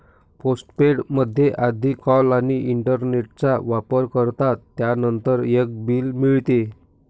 postpaid मध्ये आधी call आणि इंटरनेटचा वापर करतात, त्यानंतर एक बिल मिळते